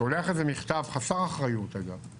שולח איזה מכתב חסר אחריות שהוא